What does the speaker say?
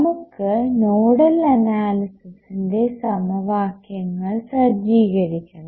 നമുക്ക് നോഡൽ അനാലിസിസിന്റെ സമവാക്യങ്ങൾ സജ്ജീകരിക്കണം